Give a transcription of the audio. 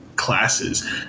Classes